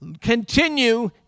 Continue